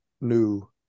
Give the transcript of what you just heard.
new